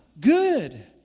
Good